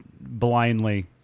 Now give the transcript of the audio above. blindly